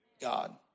God